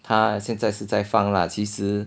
他现在是在放啦其实